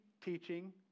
teaching